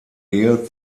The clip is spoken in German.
ehe